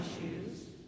shoes